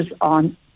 on